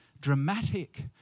dramatic